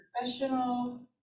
professional